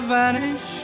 vanish